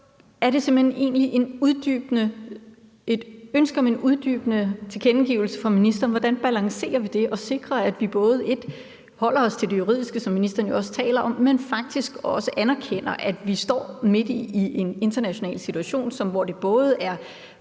hen egentlig et ønske om en uddybende tilkendegivelse fra ministeren af, hvordan vi balancerer det og sikrer, at vi både holder os til det juridiske, som ministeren også taler om, men faktisk også anerkender, at vi står midt i en international situation, hvor det både